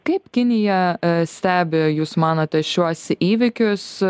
kaip kinija stebi jūs manote šiuos įvykius